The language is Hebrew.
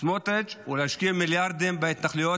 סמוטריץ' הוא להשקיע מיליארדים בהתנחלויות